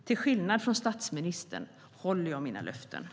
Till skillnad från statsministern håller jag mina löften.